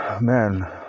man